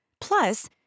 Plus